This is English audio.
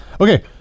Okay